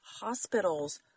hospitals